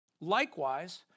Likewise